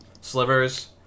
slivers